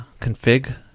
config